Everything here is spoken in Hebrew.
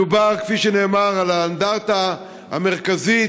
מדובר, כפי שנאמר, על אנדרטה מרכזית,